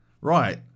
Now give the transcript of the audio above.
right